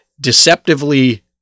deceptively